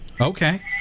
Okay